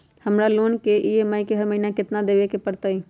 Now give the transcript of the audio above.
हमरा लोन के ई.एम.आई हर महिना केतना देबे के परतई?